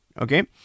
okay